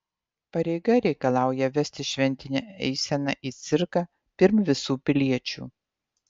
pareiga reikalauja vesti šventinę eiseną į cirką pirm visų piliečių